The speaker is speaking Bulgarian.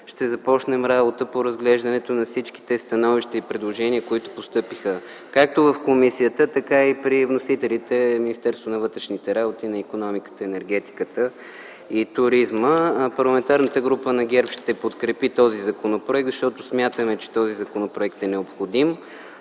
ще започнем работа по разглеждането на всички становища и предложения, които постъпиха както в комисията, така и при вносителите - Министерството на вътрешните работи и Министерството на икономиката, енергетиката и туризма. Парламентарната група на ГЕРБ ще подкрепи този законопроект, защото смятаме, че е необходим.